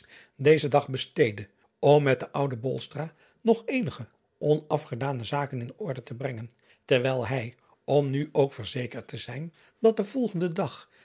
dezen dag besteedde om met den ouden nog eenige onafgedane zaken in orde te brengen terwijl hij om nu ook verzekerd te zijn dat de volgende dag